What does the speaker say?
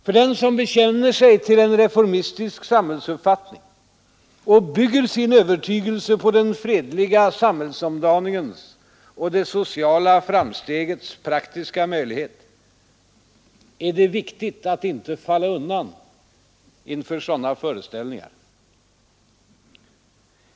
För den som bekänner sig till en reformistisk samhällsuppfattning och bygger sin övertygelse på den fredliga samhällsomdaningens och det sociala framstegets praktiska möjlighet är det viktigt att inte falla undan inför sådana föreställningar.